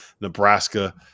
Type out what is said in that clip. Nebraska